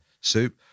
soup